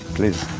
please,